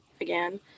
again